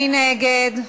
מי נגד?